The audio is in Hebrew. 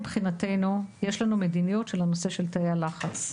מבחינתנו יש לנו מדיניות בנושא של תאי הלחץ.